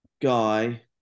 guy